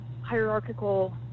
hierarchical